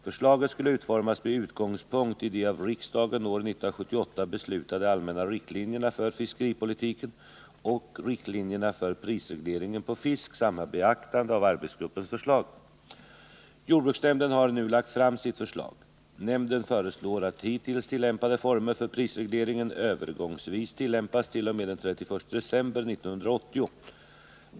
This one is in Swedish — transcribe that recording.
Förslaget skulle utformas med utgångspunkt i de av riksdagen år 1978 beslutade allmänna riktlinjerna för fiskeripolitiken och riktlinjerna för prisregleringen på fisk samt med beaktande av arbetsgruppens förslag. Jordbruksnämnden har nu lagt fram sitt förslag. Nämnden föreslår att hittills tillämpade former för prisregleringen övergångsvis tillämpas t.o.m. den 31 december 1980.